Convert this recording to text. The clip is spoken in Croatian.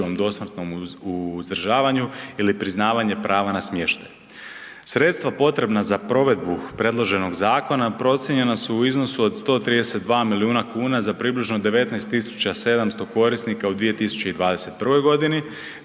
dosmrtnom uzdržavanju ili priznavanje prava na smještaj. Sredstva potrebna za provedbu predloženog zakona procijenjena su u iznosu od 132 milijuna kuna za približno 19.700 korisnika u 2021. godini